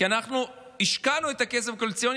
כי אנחנו השקענו את הכסף הקואליציוני